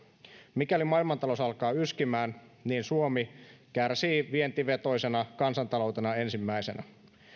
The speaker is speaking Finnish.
mikäli maailmantalous alkaa yskimään niin suomi kärsii vientivetoisena kansantaloutena ensimmäisenä